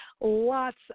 lots